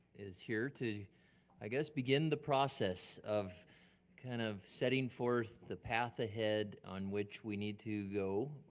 is here to i guess begin the process of kind of setting forth the path ahead on which we need to go.